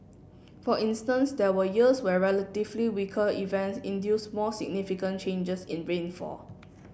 for instance there were years where relatively weaker events induced more significant changes in rainfall